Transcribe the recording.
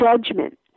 judgment